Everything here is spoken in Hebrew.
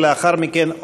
ולאחר מכן,